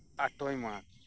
ᱟᱴᱚᱭ ᱢᱟᱜᱷ